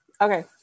Okay